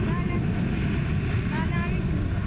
তাহলে তাহলে আমি কিনি